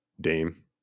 Dame